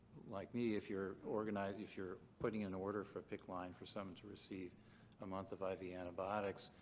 like me, if you're organized. if you're putting in an order for a picc line for someone to receive a month of iv yeah antibiotics,